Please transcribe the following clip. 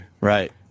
Right